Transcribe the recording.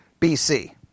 BC